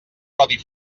codi